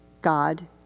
God